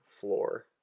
floor